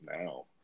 now